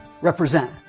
represent